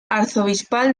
arzobispal